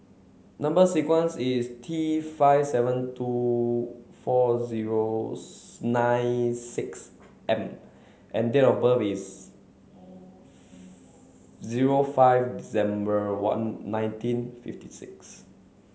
number sequence is T five seven two four zero nine six M and date of is zero five December one nineteen fifty six